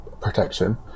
protection